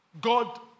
God